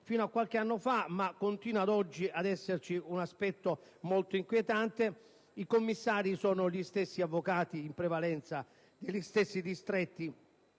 fino a qualche anno fa - ma continua oggi ad esserci un aspetto molto inquietante - i commissari erano gli stessi avvocati, in prevalenza, degli stessi distretti